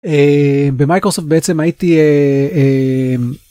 במייקרוסופט בעצם הייתי.